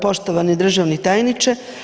Poštovani državni tajniče.